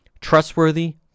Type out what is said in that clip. trustworthy